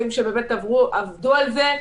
ואפוטרופסות (שינוי התוספת הראשונה לחוק)".